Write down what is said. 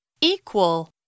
Equal